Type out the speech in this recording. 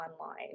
online